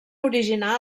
originar